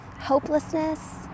hopelessness